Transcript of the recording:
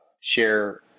share